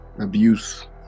abuse